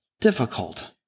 difficult